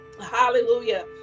hallelujah